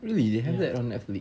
really they have that on netflix